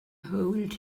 hold